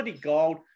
gold